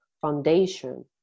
foundation